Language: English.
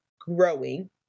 growing